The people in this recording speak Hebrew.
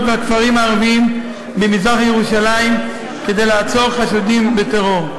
והכפרים הערביים במזרח-ירושלים כדי לעצור חשודים בטרור.